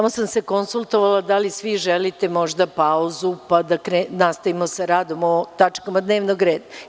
Konsultovala sam se da li svi želite možda pauzu, pa da nastavimo sa radom o tačkama dnevnog reda.